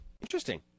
interesting